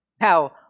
Now